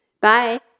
Bye